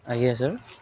ଆଜ୍ଞା ସାର୍